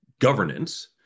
governance